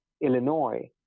Illinois